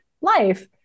life